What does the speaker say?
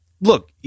look